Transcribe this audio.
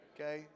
Okay